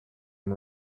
and